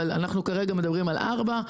אבל כרגע אנחנו מדברים על ארבע.